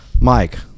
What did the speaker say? Mike